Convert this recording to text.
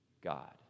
God